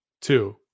two